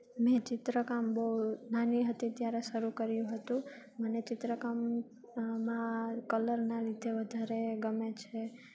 મે ચિત્રકામ બહુ નાની હતી ત્યારે શરૂ કર્યું હતું મને ચિત્રકામમાં કલરના લીધે વધારે ગમે છે